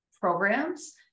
programs